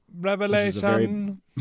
Revelation